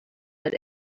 but